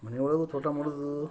ಮನೆ ಒಳಗೂ ತೋಟ ಮಾಡೋದು